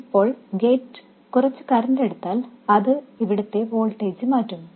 ഇപ്പോൾ ഗേറ്റ് കുറച്ച് കറന്റ് എടുത്താൽ അത് ഇവിടത്തെ വോൾട്ടേജ് മാറ്റും